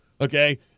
Okay